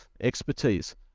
expertise